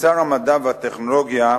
וכשר המדע והטכנולוגיה